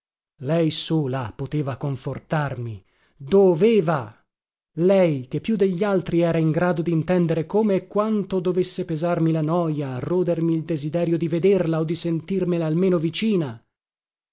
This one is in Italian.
smaniando lei sola poteva confortarmi doveva lei che più degli altri era in grado dintendere come e quanto dovesse pesarmi la noja rodermi il desiderio di vederla o di sentirmela almeno vicina